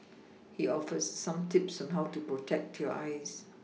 he offers some tips on how to protect your eyes